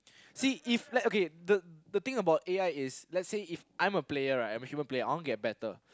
see if like okay the the thing about A_I is let's say if I'm a player right I'm a human player I want get better